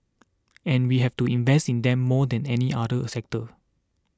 and we have to invest in them more than any other a sector